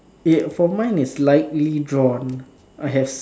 ya for mine it's lightly drawn I have s~